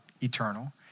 eternal